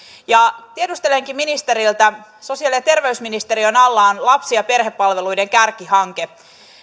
tiedustelenkin ministeriltä sosiaali ja terveysministeriön alla on lapsi ja perhepalveluiden kärkihanke